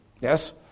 Yes